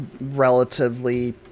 relatively